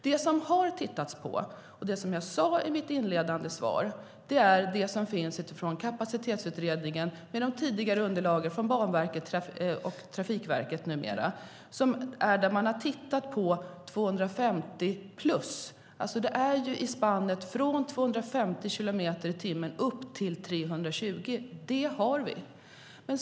Det som man har tittat på, som jag sade i mitt inledande svar, är det som finns i Kapacitetsutredningen med de tidigare underlagen från Banverket och numera Trafikverket. Man har tittat på 250-plus. Det är spannet från 250 kilometer i timmen upp till 320.